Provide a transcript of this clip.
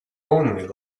only